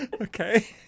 okay